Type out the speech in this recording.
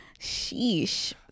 sheesh